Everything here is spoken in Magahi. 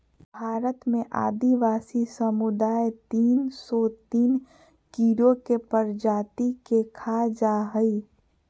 भारत में आदिवासी समुदाय तिन सो तिन कीड़ों के प्रजाति के खा जा हइ